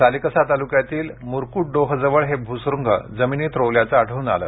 सालेकसा तालुक्यातील मुरकुटडोह जवळ हे भुसुरुंग जमिनित रोवल्याचं आढळून आलं